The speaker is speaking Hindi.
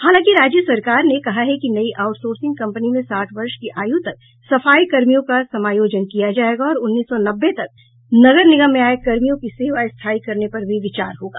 हालांकि राज्य सरकार ने कहा है कि नई आउटसोर्सिंग कम्पनी में साठ वर्ष की आयु तक सफाई कर्मियों का समायोजन किया जायेगा और उन्नीस सौ नब्बे तक नगर निगम में आये कर्मियों की सेवा स्थायी करने पर भी विचार होगा